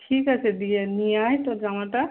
ঠিক আছে দিয়ে নিয়ে আয় তোর জামাটা